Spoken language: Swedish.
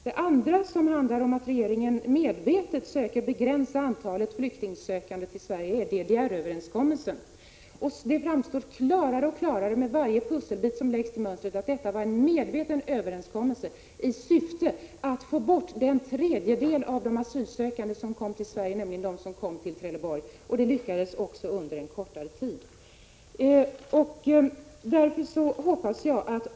Regeringen söker också medvetet begränsa antalet asylsökande till Sverige genom DDR-överenskommelsen. Med varje pusselbit som läggs till mönstret framstår det klarare och klarare att detta var en medveten överenskommelse i syfte att få bort den tredjedel av de asylsökande som kom till Sverige, nämligen de som kom till Trelleborg. Det lyckades också under en kortare tid.